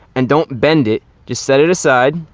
and don't bend it, just set it aside.